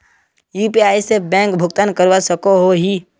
UPI से bank भुगतान करवा सकोहो ही?